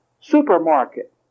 supermarket